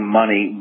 money